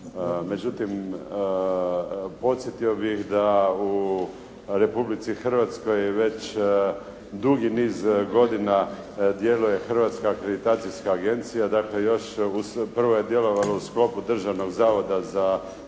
Međutim, podsjetio bih da u Republici Hrvatskoj već dugi niz godina djeluje Hrvatska akreditacijska agencija, dakle još u, prvo je djelovalo u sklopu državnog zavoda za normizaciju